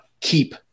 keep